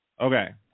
Okay